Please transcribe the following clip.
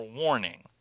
warning